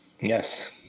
Yes